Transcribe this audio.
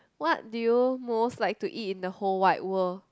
what do you most like to eat in the whole wide world